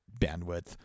bandwidth